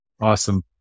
Awesome